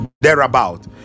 thereabout